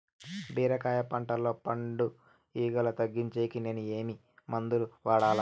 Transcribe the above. బీరకాయ పంటల్లో పండు ఈగలు తగ్గించేకి నేను ఏమి మందులు వాడాలా?